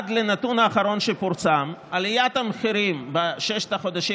עד הנתון האחרון שפורסם עליית המחירים בששת החודשים